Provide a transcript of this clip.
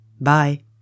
Bye